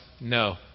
No